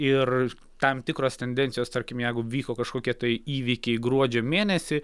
ir tam tikros tendencijos tarkim jeigu vyko kažkokie tai įvykiai gruodžio mėnesį